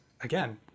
again